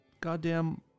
Goddamn